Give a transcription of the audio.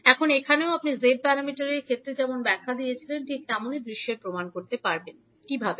এখন এখানেও আপনি z প্যারামিটারের ক্ষেত্রে যেমন ব্যাখ্যা করেছিলেন ঠিক তেমনই দৃশ্যের প্রমাণ করতে পারবেন কীভাবে